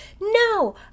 no